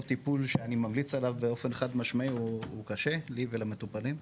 טיפול שאני ממליץ עליו באופן חד משמעי הוא קשה לי ולמטופלים,